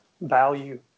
value